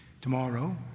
tomorrow